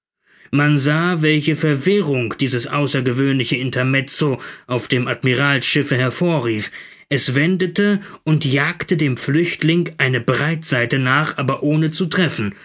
man sah welche verwirrung dieses außergewöhnliche intermezzo auf dem admiralsschiffe hervorrief es wendete und jagte dem flüchtling eine breitseite nach aber ohne zu treffen